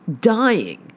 dying